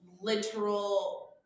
literal